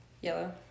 Yellow